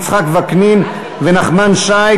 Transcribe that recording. יצחק וקנין ונחמן שי,